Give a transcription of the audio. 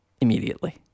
immediately